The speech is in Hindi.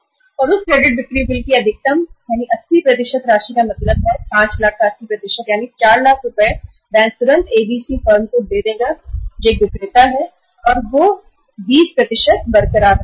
और क्रेडिट बिक्री बिल की राशि का अधिकतम 80 मतलब 5 लाख रुपए का 80 यानी 4 लाख रुपए बैंक तुरंत ABC Ltd को देगा जो एक विक्रेता है और बैंक 20 अपने पास बरकरार रखेगा